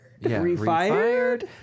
Refired